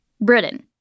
Britain